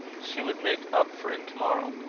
she would make up for it to-morrow.